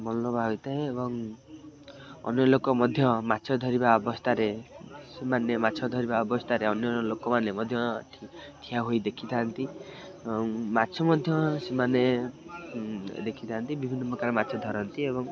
ମନଲୋଭା ହୋଇଥାଏ ଏବଂ ଅନ୍ୟ ଲୋକ ମଧ୍ୟ ମାଛ ଧରିବା ଅବସ୍ଥାରେ ସେମାନେ ମାଛ ଧରିବା ଅବସ୍ଥାରେ ଅନ୍ୟ ଲୋକମାନେ ମଧ୍ୟ ଠିଆ ହୋଇ ଦେଖିଥାନ୍ତି ମାଛ ମଧ୍ୟ ସେମାନେ ଦେଖିଥାନ୍ତି ବିଭିନ୍ନ ପ୍ରକାର ମାଛ ଧରନ୍ତି ଏବଂ